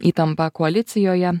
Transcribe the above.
įtampą koalicijoje